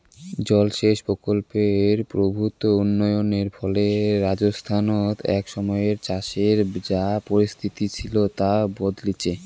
জলসেচ প্রকল্পের প্রভূত উন্নয়নের ফলে রাজস্থানত এক সময়ে চাষের যা পরিস্থিতি ছিল তা বদলিচে